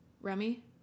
Remy